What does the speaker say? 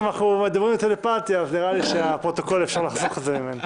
אם אנחנו מדברים על טלפתיה אז נראה לי שאפשר לחסוך את זה מהפרוטוקול.